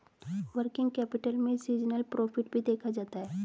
working capital में seasonal profit भी देखा जाता है